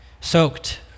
soaked